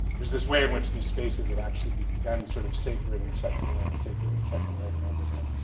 there's this way in which these spaces have actually been sort of sacred and secular and sacred and secular over and over again.